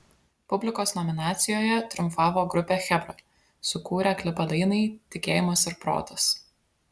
publikos nominacijoje triumfavo grupė chebra sukūrę klipą dainai tikėjimas ir protas